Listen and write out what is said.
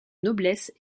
noblesse